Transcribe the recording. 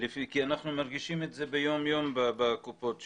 כי אנחנו מרגישים את זה ביום יום בקופות שלנו.